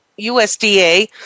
USDA